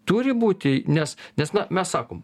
turi būti nes nes na mes sakom